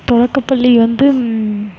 தொடக்கப்பள்ளி வந்து